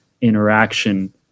interaction